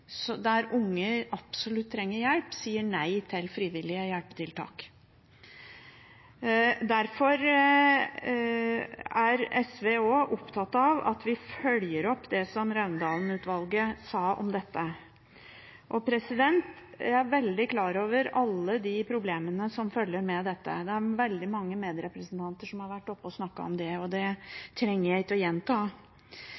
der barn absolutt trenger hjelp, sier nei til frivillige hjelpetiltak. Derfor er SV også opptatt av at vi følger opp det som Raundalen-utvalget sa om dette. Jeg er veldig klar over alle de problemene som følger med dette. Det er veldig mange medrepresentanter som har vært oppe og snakket om det, så det